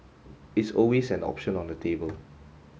it's always an option on the table